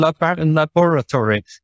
laboratory